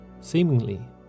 seemingly